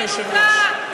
אדוני היושב-ראש.